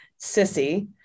Sissy